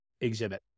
exhibit